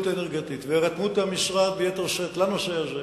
האנרגטית והירתמות המשרד ביתר שאת לנושא הזה,